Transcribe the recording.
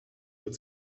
wird